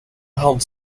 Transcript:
held